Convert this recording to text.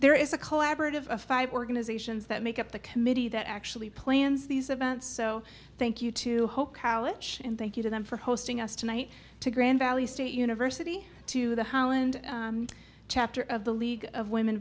there is a collaborative a five organizations that make up the committee that actually plans these events so thank you to whole college and thank you to them for hosting us tonight to grand valley state university to the holland chapter of the league of women